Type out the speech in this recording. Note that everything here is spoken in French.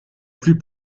plus